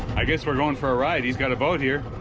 i guess we're going for a ride he's got a boat here,